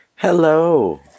Hello